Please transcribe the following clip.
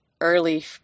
early